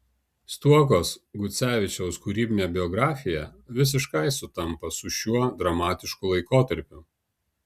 stuokos gucevičiaus kūrybinė biografija visiškai sutampa su šiuo dramatišku laikotarpiu